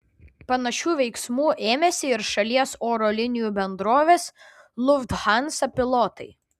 panašių veiksmų ėmėsi ir šalies oro linijų bendrovės lufthansa pilotai